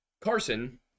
carson